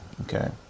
okay